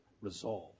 resolve